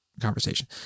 conversation